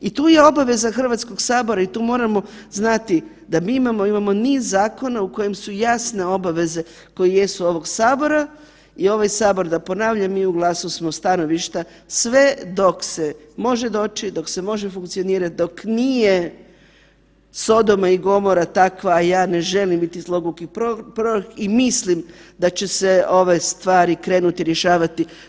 I tu je obaveza Hrvatskog sabora i tu moramo znati da mi imamo, imamo niz zakona u kojem su jasne obaveze koje jesu ovog sabora i ovaj sabor da ponavljam mi u GLAS-u smo stanovišta sve dok se može doći, dok se može funkcionirati, dok nije sodoma i gomora takva, a ja ne želim biti zloguki prorok i mislim da će se ovaj stvari krenuti rješavati.